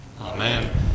Amen